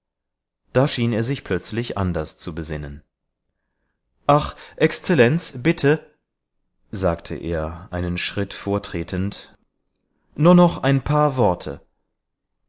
da schien er sich plötzlich anders zu besinnen ach exzellenz bitte sagte er einen schritt vortretend nur noch ein paar worte